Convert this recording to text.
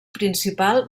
principal